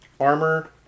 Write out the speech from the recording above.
Armor